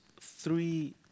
three